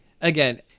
again